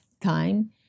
time